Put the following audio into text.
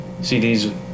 CDs